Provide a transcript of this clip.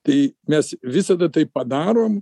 tai mes visada tai padarom